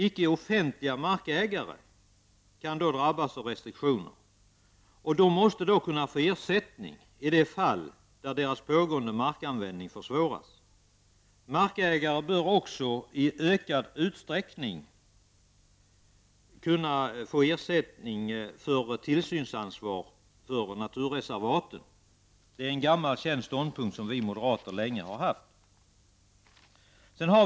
Icke offentliga markägare kan då drabbas av restriktioner. De måste då kunna få ersättning i de fall där deras pågående markanvändning försvåras. Markägare bör också i ökad utsträckning kunna få ersättning för tillsynsansvar för naturreservaten. Det är en gammal känd ståndpunkt som vi moderater länge har haft.